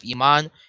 iman